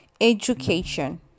education